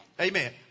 Amen